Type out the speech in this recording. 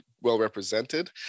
well-represented